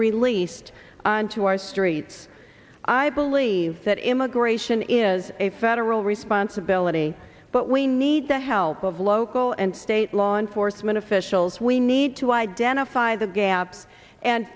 released onto our streets i believe that immigration is a federal responsibility but we need the help of local and state law enforcement officials we need to identify the gaps and